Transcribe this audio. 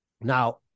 Now